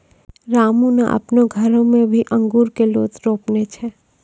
रामू नॅ आपनो घरो मॅ भी अंगूर के लोत रोपने छै